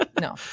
no